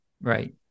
Right